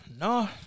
no